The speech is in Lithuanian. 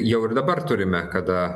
jau ir dabar turime kada